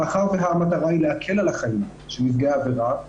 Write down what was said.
מאחר והמטרה היא להקל על החיים של נפגעי העבירה,